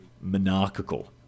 monarchical